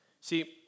See